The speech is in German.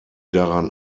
daran